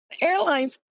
airlines